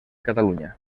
catalunya